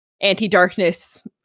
anti-darkness